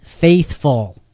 faithful